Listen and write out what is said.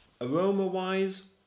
Aroma-wise